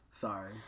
Sorry